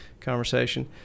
conversation